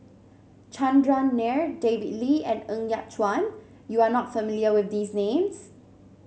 Chandran Nair David Lee and Ng Yat Chuan you are not familiar with these names